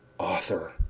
Author